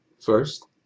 First